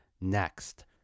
next